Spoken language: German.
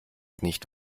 nicht